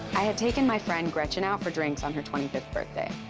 i had taken my friend gretchen out for drinks on her twenty fifth birthday.